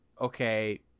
okay